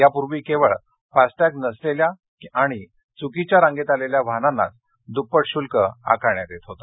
यापूर्वी केवळ फास्टॅग नसलेल्या आणि चुकीच्या रांगेत आलेल्या वाहनांनाच द्प्पट शुल्क आकारण्यात येत होतं